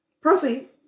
Proceed